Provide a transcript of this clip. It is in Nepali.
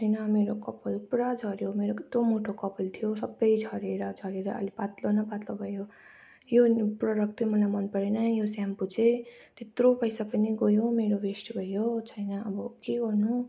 छैन मेरो कपाल पुरा झर्यो मेरो यत्रो मोटो कपाल थियो सबै झरेर झरेर अहिले पातलो न पातलो भयो यो प्रडक्ट त मलाई मन परेन यो सेम्पो चाहिँ त्यत्रो पैसा पनि गयो मेरो वेस्ट भयो छैन अब के गर्नु